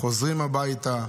חוזרים הביתה.